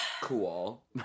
Cool